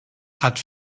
hat